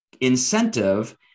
incentive